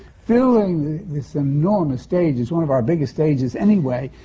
filling this enormous stage, it's one of our biggest stages anyway.